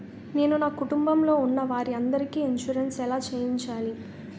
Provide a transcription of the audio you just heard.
నేను నా కుటుంబం లొ ఉన్న వారి అందరికి ఇన్సురెన్స్ ఎలా చేయించాలి?